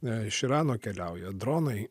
ne iš irano keliauja dronai